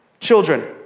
children